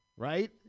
Right